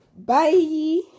Bye